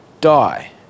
Die